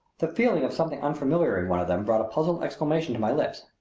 the feeling of something unfamiliar in one of them brought a puzzled exclamation to my lips.